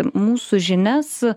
mūsų žinias